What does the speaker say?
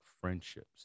friendships